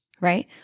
right